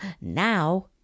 now